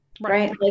right